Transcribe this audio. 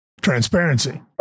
transparency